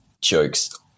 jokes